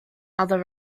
other